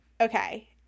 Okay